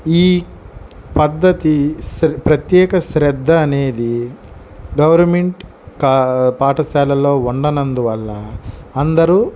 ఈ పద్ధతి ప్రత్యేక శ్రద్ధ అనేది గౌరమెంట్ క పాఠశాలలో ఉండన్నందువల్ల అందరూ